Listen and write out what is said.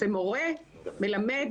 שמורה מלמד